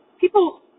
people